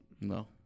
no